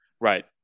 Right